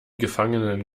gefangenen